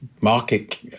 market